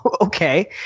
okay